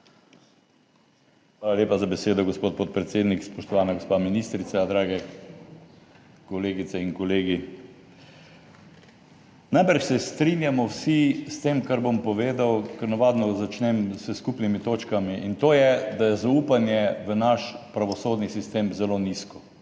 Hvala lepa za besedo, gospod podpredsednik. Spoštovana gospa ministrica, drage kolegice in kolegi! Najbrž se vsi strinjamo s tem, kar bom povedal, ker navadno začnem s skupnimi točkami, in to je, da je zaupanje v naš pravosodni sistem zelo nizko.